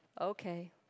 Okay